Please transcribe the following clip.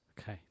Okay